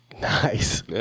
Nice